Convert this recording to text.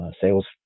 sales